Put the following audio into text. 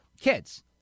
kids